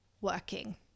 working